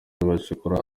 bacukura